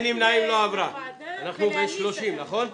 הצבעה בעד, 6 נגד,